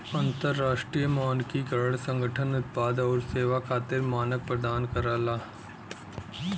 अंतरराष्ट्रीय मानकीकरण संगठन उत्पाद आउर सेवा खातिर मानक प्रदान करला